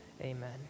Amen